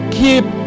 keep